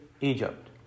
Egypt